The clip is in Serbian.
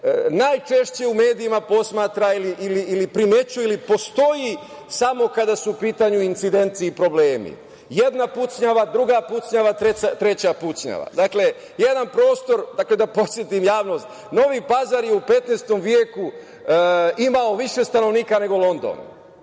najčešće u medijima posmatra ili primećuje ili postoji samo kada su u pitanju incidenti i problemi. Jedna pucnjava, druga pucnjava, treća pucnjava. Dakle, da podsetim javnost, Novi Pazar je u XV veku imao više stanovnika nego London.